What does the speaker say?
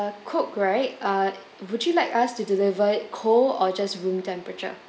coke right uh would you like us to deliver it cold or just room temperature